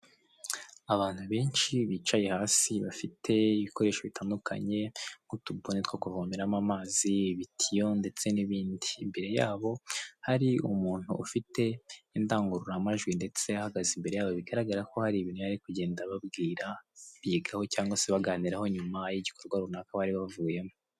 Abantu benshi bicaye hasi bafite ibikoresho bitandukanye nk'utubuni two kuvomeramo amazi ibitiyo ndetse n'ibindi, imbere yabo hari umuntu ufite indangururamajwi ndetse ahagaze imbere yabo bigaragara ko hari ibintu yari ari kugenda ababwira babyigaho cyangwa se baganiraho nyuma y'igikorwa runaka bari bavuyemo.